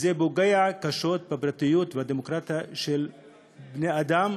זה פוגע קשות בפרטיות, בדמוקרטיה, של בני-אדם,